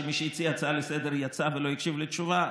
שמי שהציע הצעה לסדר-היום יצא ולא הקשיב לתשובה,